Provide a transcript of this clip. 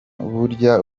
burya